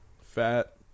fat